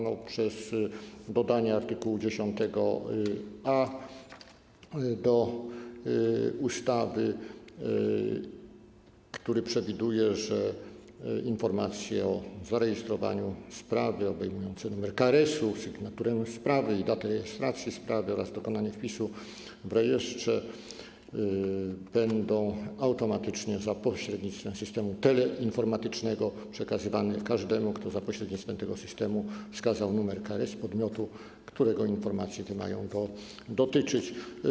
Chodzi o dodanie do ustawy art. 10a, który przewiduje, że informacje o zarejestrowaniu sprawy obejmujące numer KRS, sygnaturę sprawy i datę rejestracji sprawy oraz dokonanie wpisu w rejestrze będą automatycznie za pośrednictwem systemu teleinformatycznego przekazywane każdemu, kto za pośrednictwem tego systemu wskazał nr KRS podmiotu, którego informacje te mają dotyczyć.